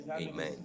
amen